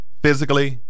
Physically